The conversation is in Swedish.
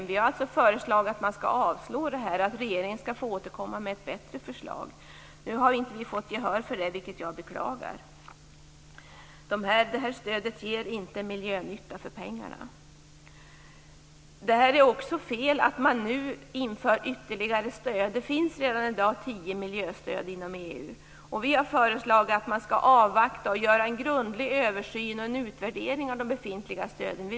Vi har föreslagit avslag här och att regeringen skall återkomma med ett bättre förslag. Vi har inte fått gehör för vårt förslag, vilket jag beklagar. Stödet ger alltså inte miljönytta för pengarna. Det är också fel att nu införa ytterligare stöd. Redan i dag finns det tio miljöstöd inom EU. Vi har föreslagit att man skall avvakta och göra en grundlig översyn och en utvärdering av befintliga stöd.